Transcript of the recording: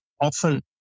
often